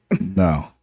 No